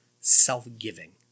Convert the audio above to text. self-giving